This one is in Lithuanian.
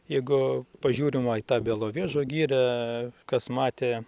jeigu pažiūrim va į tą belovežo girią kas matė